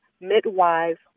midwives